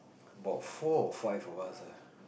about four or five of us ah